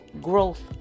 growth